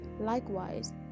Likewise